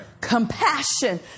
Compassion